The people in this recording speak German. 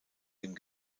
dem